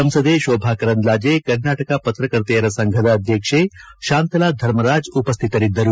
ಸಂಸದೆ ಶೋಭಾ ಕರಂದ್ಲಾಜೆ ಕರ್ನಾಟಕ ಪತ್ರಕರ್ತೆಯರ ಸಂಘದ ಆಧ್ಯಕ್ಷೆ ಶಾಂತಲಾ ಧರ್ಮರಾಜ್ ಉಪಸ್ವಿತರಿದ್ದರು